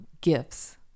gifts